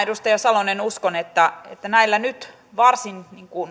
edustaja salonen uskon että että näillä nyt varsin